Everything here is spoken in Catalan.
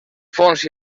fons